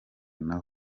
nawe